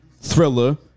Thriller